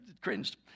cringed